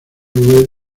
web